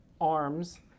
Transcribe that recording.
arms